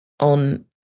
On